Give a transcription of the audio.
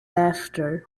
after